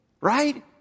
Right